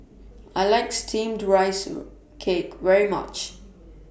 I like Steamed Rice Cake very much